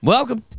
Welcome